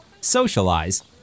socialize